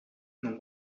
não